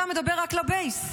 אתה מדבר רק לבייס.